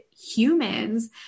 humans